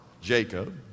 Jacob